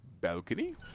balcony